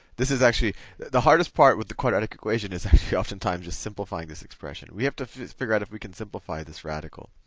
this is actually the hardest part with the quadratic equation is oftentimes just simplifying this expression. we have to figure out if we can simplify this radical.